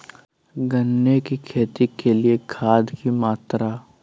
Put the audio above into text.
गन्ने की खेती के लिए खाद की मात्रा?